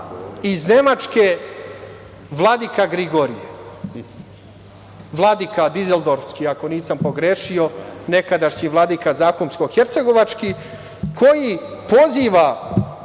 iz Nemačke Vladika Grigorije, Vladika diseldorfski, ako nisam pogrešio, nekadašnji Vladika zahumsko-hercegovački, koji poziva